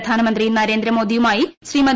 പ്രധാനമന്ത്രി നരേന്ദ്രമോദിയുമായി ശ്രീമതി